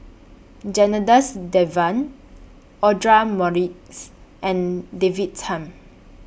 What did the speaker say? Janadas Devan Audra Morrice and David Tham